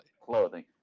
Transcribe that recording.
clothing